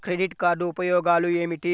Credit card ఉపయోగాలు ఏమిటి?